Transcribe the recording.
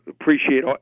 appreciate